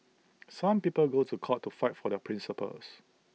some people go to court to fight for their principles